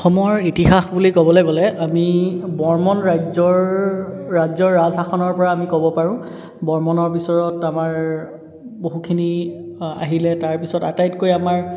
অসমৰ ইতিহাস বুলি ক'বলৈ গ'লে আমি বৰ্মন ৰাজ্যৰ ৰাজ্যৰ ৰাজশাসনৰ পৰা আমি ক'ব পাৰোঁ বৰ্মনৰ পিছত আমাৰ বহুখিনি আহিলে তাৰপিছত আটাইতকৈ আমাৰ